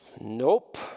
Nope